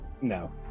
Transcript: No